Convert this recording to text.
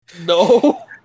No